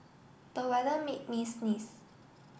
the weather made me sneeze